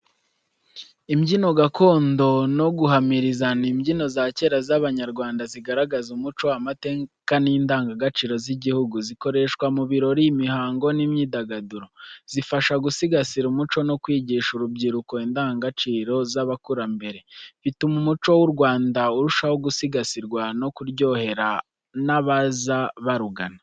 Imbyino gakondo no guhamiriza ni imbyino za kera z'Abanyarwanda zigaragaza umuco, amateka n’indangagaciro z’igihugu, zikoreshwa mu birori, imihango n’imyidagaduro. Zifasha gusigasira umuco no kwigisha urubyiruko indangagaciro z’abakurambere. Bituma umuco w’u Rwanda urushaho gusigasirwa no kuryohera n'abaza barugana.